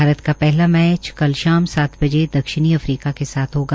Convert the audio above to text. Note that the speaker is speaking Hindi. भारत का पहला मैच कल शाम सात बजे दक्षिणी अफ्रीका के साथ होगा